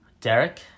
Derek